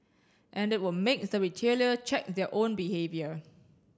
and it will make the retailer check their own behavior